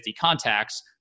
contacts